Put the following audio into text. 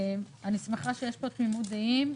אני שמחה שיש פה תמימות דעים.